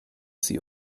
sie